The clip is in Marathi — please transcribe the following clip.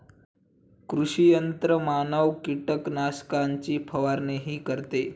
कृषी यंत्रमानव कीटकनाशकांची फवारणीही करतो